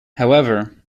however